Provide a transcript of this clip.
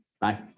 Bye